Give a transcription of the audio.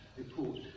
report